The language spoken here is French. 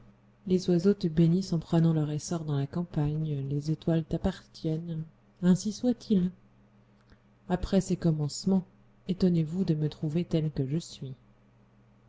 les oiseaux te bénissent en prenant leur essor dans la campagne les étoiles t'appartiennent ainsi soit-il après ces commencements étonnez-vous de me trouver tel que je suis